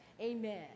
Amen